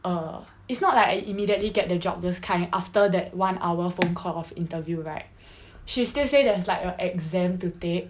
err it's not like I immediately get the job those kind after that one hour phone call of interview right she still say that there's like an exam to take